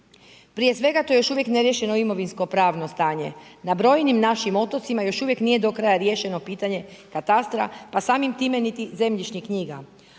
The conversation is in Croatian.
Prije svega to je još uvijek neriješeno imovinsko pravo stanje. Na brojnim našim otocima još uvijek nije do kraja riješeno pitanje katastra pa samim time niti zemljišnih knjiga